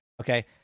Okay